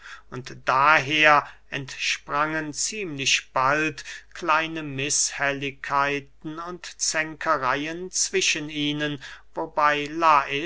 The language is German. und daher entsprangen ziemlich bald kleine mißhelligkeiten und zänkereyen zwischen ihnen wobey